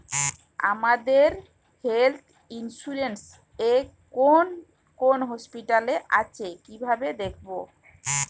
আপনাদের health insurance এ কোন কোন হসপিটাল আছে কিভাবে দেখবো?